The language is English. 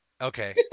Okay